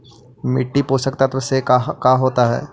मिट्टी पोषक तत्त्व से का होता है?